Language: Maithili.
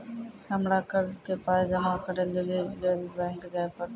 हमरा कर्जक पाय जमा करै लेली लेल बैंक जाए परतै?